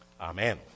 Amen